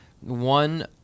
one